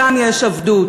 שם יש עבדות.